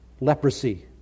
leprosy